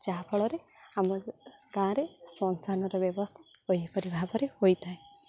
ଯାହାଫଳରେ ଆମ ଗାଁରେ ଶ୍ମଶାନର ବ୍ୟବସ୍ଥା ଏହିପରି ଭାବରେ ହୋଇଥାଏ